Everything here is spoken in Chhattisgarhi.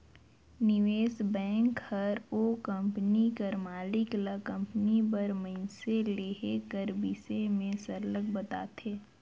निवेस बेंक हर ओ कंपनी कर मालिक ल कंपनी बर मसीन लेहे कर बिसे में सरलग बताथे